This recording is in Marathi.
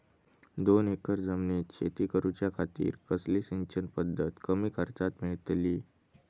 दोन एकर जमिनीत शेती करूच्या खातीर कसली सिंचन पध्दत कमी खर्चात मेलतली?